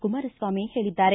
ಕುಮಾರಸ್ವಾಮಿ ಹೇಳಿದ್ದಾರೆ